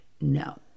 no